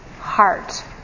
heart